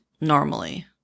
normally